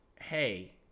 hey